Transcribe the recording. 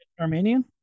Armenian